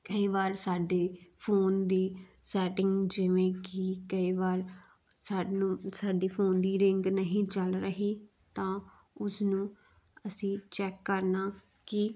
ਕਈ ਵਾਰ ਸਾਡੇ ਫੋਨ ਦੀ ਸੈਟਿੰਗ ਜਿਵੇਂ ਕਿ ਕਈ ਵਾਰ ਸਾਨੂੰ ਸਾਡੇ ਫੋਨ ਦੀ ਰਿੰਗ ਨਹੀਂ ਚੱਲ ਰਹੀ ਤਾਂ ਉਸਨੂੰ ਅਸੀਂ ਚੈੱਕ ਕਰਨਾ ਕਿ